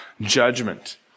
judgment